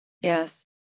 Yes